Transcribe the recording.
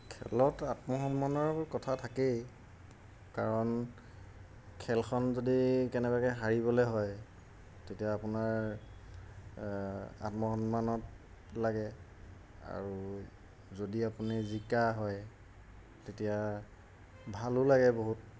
খেলত আত্মসন্মানৰ কথা থাকেই কাৰণ খেলখন যদি কেনেবাকৈ হাৰিবলৈ হয় তেতিয়া আপোনাৰ আত্মসন্মানত লাগে আৰু যদি আপুনি জিকা হয় তেতিয়া ভালো লাগে বহুত